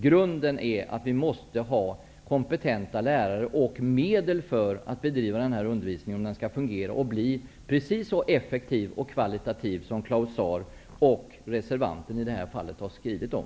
Grunden är att vi måste ha kompetenta lärare och medel för att bedriva denna undervisning om den skall fungera och bli precis så effektiv och kvalitativ som Claus Zaar och reservanten i detta fall har skrivit om.